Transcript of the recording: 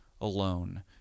alone